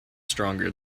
stronger